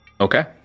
Okay